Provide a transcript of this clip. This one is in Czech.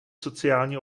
sociální